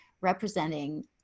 representing